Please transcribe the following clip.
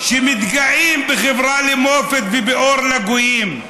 שמתגאים בחברה למופת ובאור לגויים,